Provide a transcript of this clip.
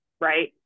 right